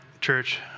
church